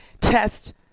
test